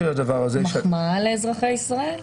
מחמאה לאזרחי ישראל.